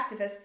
activists